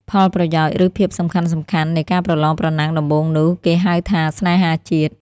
ផលប្រយោជន៍ ឬភាពសំខាន់ៗនៃការប្រលងប្រណាំងដំបូងនោះ គេហៅថា”ស្នេហាជាតិ”។